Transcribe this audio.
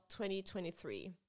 2023